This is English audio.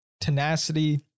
tenacity